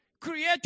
create